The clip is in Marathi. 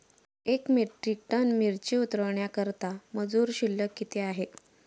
एक मेट्रिक टन मिरची उतरवण्याकरता मजुर शुल्क किती आहे?